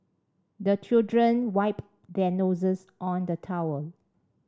the children wipe their noses on the towel